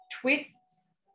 twists